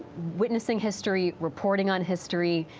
witnessing history, reporting on history,